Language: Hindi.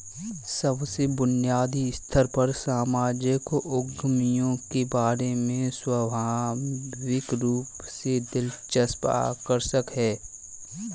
सबसे बुनियादी स्तर पर सामाजिक उद्यमियों के बारे में स्वाभाविक रूप से दिलचस्प आकर्षक है